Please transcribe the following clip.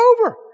over